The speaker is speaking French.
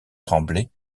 tremblay